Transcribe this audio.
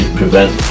prevent